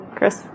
Chris